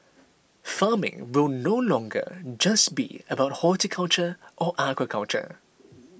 farming will no longer just be about horticulture or aquaculture